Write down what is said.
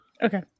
Okay